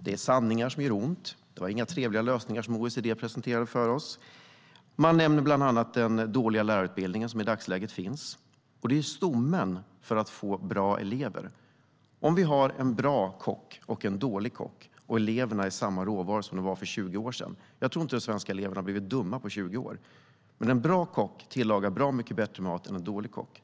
Det är sanningar som gör ont. Det var inga trevliga lösningar som OECD presenterade för oss. Man nämner bland annat den dåliga lärarutbildning som finns i dagsläget. Det handlar om stommen för att få bra elever, om vi har en bra kock och en dålig kock och eleverna är samma råvaror som för 20 år sedan - jag tror inte att de svenska eleverna har blivit dumma på 20 år. En bra kock tillagar bra mycket bättre mat än en dålig kock.